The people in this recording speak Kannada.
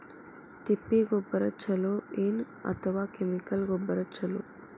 ತಿಪ್ಪಿ ಗೊಬ್ಬರ ಛಲೋ ಏನ್ ಅಥವಾ ಕೆಮಿಕಲ್ ಗೊಬ್ಬರ ಛಲೋ?